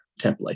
template